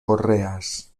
correas